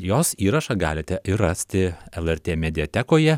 jos įrašą galite ir rasti lrt mediatekoje